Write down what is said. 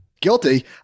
guilty